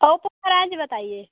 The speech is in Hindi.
ओप्पो का रेंज बताइए